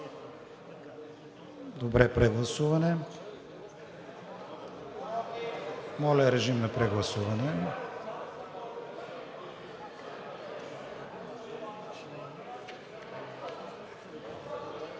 за прегласуване. Моля, режим на гласуване.